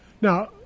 Now